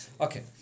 okay